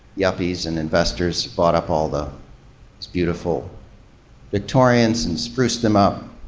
yuppies and investors bought up all the beautiful victorians and spruced them up,